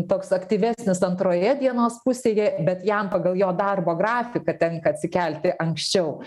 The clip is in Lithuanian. toks aktyvesnis antroje dienos pusėje bet jam pagal jo darbo grafiką tenka atsikelti anksčiau